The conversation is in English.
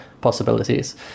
possibilities